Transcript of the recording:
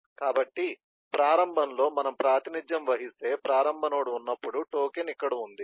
కాబట్టి ప్రారంభంలో మనం ప్రాతినిధ్యం వహిస్తే ప్రారంభ నోడ్ ఉన్నప్పుడు టోకెన్ ఇక్కడ ఉంది